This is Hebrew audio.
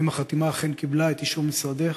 האם החתימה אכן קיבלה את אישור משרדך?